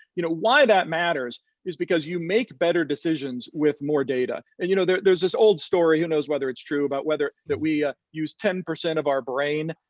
you know why that matters is because you make better decisions with more data. and you know there's there's this old story, who knows whether it's true, about whether, that we use ten percent our brain.